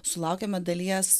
sulaukėme dalies